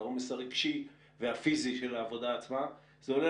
לעומס הרגשי והפיזי של העבודה עצמה עולה